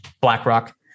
BlackRock